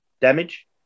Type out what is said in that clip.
damage